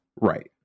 Right